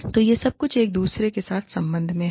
तो यह सब एक दूसरे के साथ संबंध में है